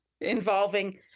involving